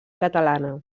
catalana